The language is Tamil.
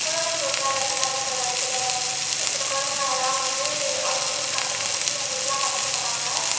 குழந்தை தொழிலாளர்களாக இருக்க சில சில குழந்தைங்களைலாம் வந்து அவங்க வந்து கண்டுப்புடிச்சு அவங்களுக்கு எல்லாம் படிப்பு தராங்க